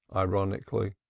ironically.